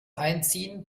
einziehen